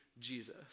Jesus